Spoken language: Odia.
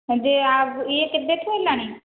ହଁ ଯେ ଏ କେବେଠୁ ହେଲାଣି